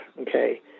okay